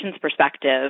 perspective